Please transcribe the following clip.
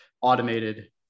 automated